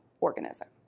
organism